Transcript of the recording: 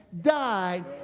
died